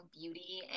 beauty